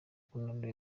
kunanura